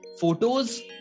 photos